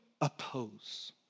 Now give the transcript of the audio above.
oppose